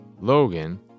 Logan